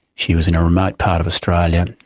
she was in a remote part of australia,